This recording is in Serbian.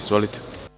Izvolite.